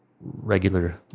regular